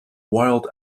wild